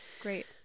great